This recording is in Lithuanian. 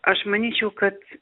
aš manyčiau kad